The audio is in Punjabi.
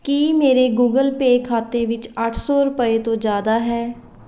ਕੀ ਮੇਰੇ ਗੁਗਲ ਪੇ ਖਾਤੇ ਵਿੱਚ ਅੱਠ ਸੌ ਰੁਪਏ ਤੋਂ ਜ਼ਿਆਦਾ ਹੈ